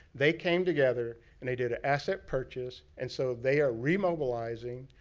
they came together and they did an asset purchase. and so, they are remobilizing.